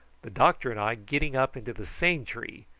the doctor and i getting up into the same tree,